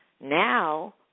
Now